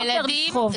לילדים,